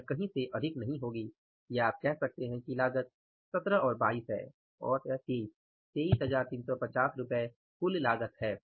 यह कहीं से अधिक नहीं होगा या आप कह सकते हैं कि लागत 17 और 22 है और 23 23350 रु कुल लागत है